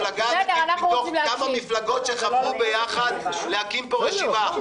מפלגה מתוך כמה מפלגות שחברו יחד להקים פה רשימה.